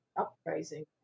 uprising